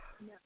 No